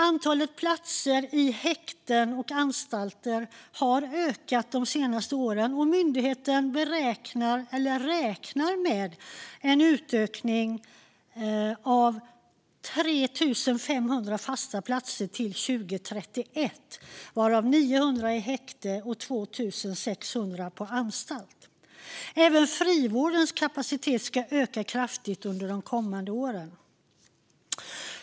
Antalet platser i häkten och anstalter har ökat de senaste åren, och myndigheten räknar med en utökning med 3 500 fasta platser till år 2031, varav 900 på häkte och 2 600 i anstalt. Även frivårdens kapacitet ska öka kraftigt under de kommande åren.